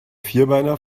vierbeiner